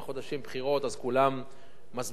אז כולם מסבירים מה הם עשו,